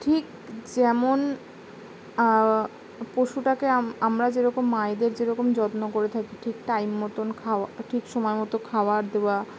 ঠিক যেমন পশুটাকে আম আমরা যেরকম মায়েদের যেরকম যত্ন করে থাকি ঠিক টাইম মতন খাওয়া ঠিক সময় মতো খাওয়ার দেওয়া